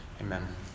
Amen